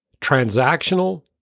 Transactional